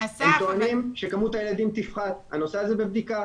הם טוענים שכמות הילדים תפחת, הנושא הזה בבדיקה.